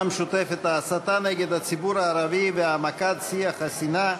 המשותפת: ההסתה נגד הציבור הערבי והעמקת שיח השנאה